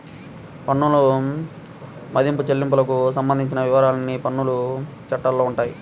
పన్నుల మదింపు, చెల్లింపులకు సంబంధించిన వివరాలన్నీ పన్నుల చట్టాల్లో ఉంటాయి